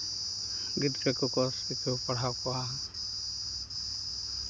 ᱜᱤᱫᱽᱨᱟᱹ ᱠᱚᱠᱚ ᱥᱤᱠᱷᱟᱹᱣ ᱯᱟᱲᱦᱟᱣ ᱠᱚᱣᱟ